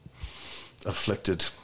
afflicted